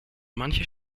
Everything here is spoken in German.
manche